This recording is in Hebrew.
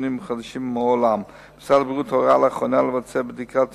כימיים הפוגעים בריאותית ברגישים לכך.